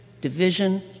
division